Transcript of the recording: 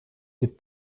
від